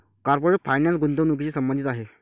corporate finance गुंतवणुकीशी संबंधित आहे